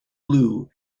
blue